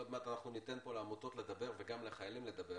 עוד מעט ניתן פה לעמותות ולחיילים לדבר